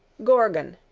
gorgon,